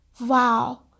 wow